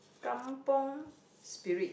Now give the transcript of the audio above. kampung spirit